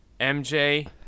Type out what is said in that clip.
MJ